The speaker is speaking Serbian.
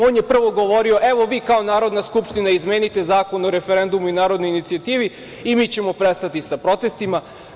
On je prvo govorio - evo, vi kao Narodna skupština izmenite Zakon o referendumu i narodnoj inicijativi i mi ćemo prestati sa protestima.